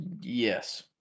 Yes